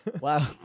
Wow